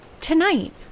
Tonight